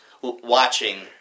watching